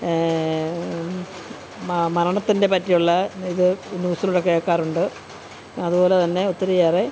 മരണത്തിൻ്റെ പറ്റിയുള്ള ഇത് ന്യൂസിലൂടെ കേൾക്കാറുണ്ട് അതുപോലെ തന്നെ ഒത്തിരിയേറെ